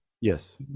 Yes